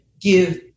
give